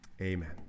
Amen